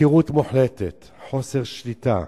הפקרות מוחלטת, חוסר שליטה.